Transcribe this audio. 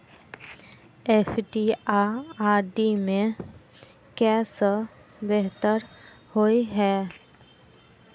FD आ RD मे केँ सा बेहतर होइ है?